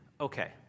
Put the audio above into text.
Okay